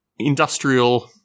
industrial